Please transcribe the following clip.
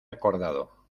acordado